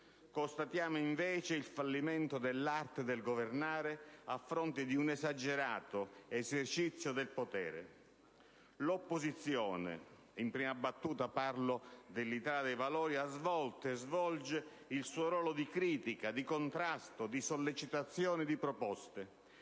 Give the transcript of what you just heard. Constatiamo, invece, il fallimento dell'arte del governare a fronte di un esagerato esercizio del potere. L'opposizione - in prima battuta parlo dell'Italia dei Valori - ha svolto e svolge il suo ruolo di critica, di contrasto, di sollecitazione e di proposta.